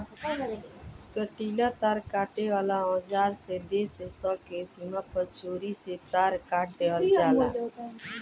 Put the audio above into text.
कंटीला तार काटे वाला औज़ार से देश स के सीमा पर चोरी से तार काट देवेल जाला